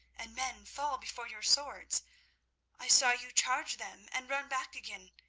and men fall before your swords i saw you charge them, and run back again.